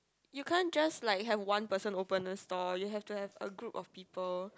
you can't just like have one person open a stall you have to have a group of people